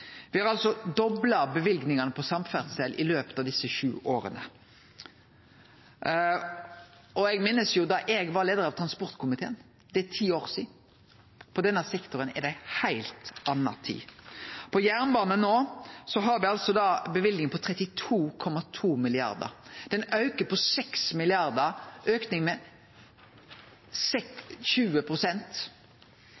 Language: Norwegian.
har altså dobla løyvingane til samferdsel i løpet av desse sju åra. Eg minnest da eg var leiar av transportkomiteen. Det er ti år sidan – for denne sektoren er det ei heilt anna tid. På jernbane har me no ei løyving på 32,2 mrd. kr. Det er ein auke på